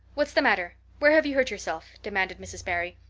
what's the matter? where have you hurt yourself? demanded mrs. barry.